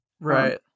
Right